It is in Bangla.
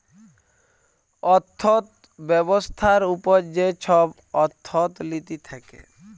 অথ্থ ব্যবস্থার উপর যে ছব অথ্থলিতি থ্যাকে